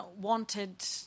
wanted